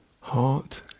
heart